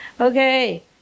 Okay